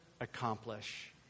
accomplish